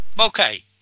Okay